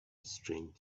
strange